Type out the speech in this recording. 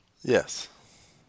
Yes